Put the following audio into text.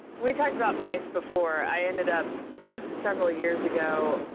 we talked about mice before, i ended up several years ago,